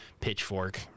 Pitchfork